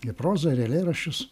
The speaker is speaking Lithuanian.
ir prozą ir eilėraščius